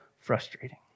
frustrating